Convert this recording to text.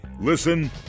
Listen